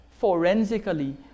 forensically